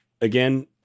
again